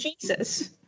Jesus